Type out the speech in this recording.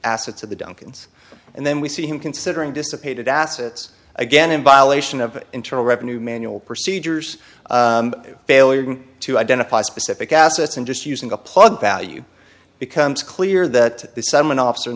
assets of the duncans and then we see him considering dissipated assets again in violation of internal revenue manual procedures failure to identify specific assets and just using the plug value becomes clear that some one off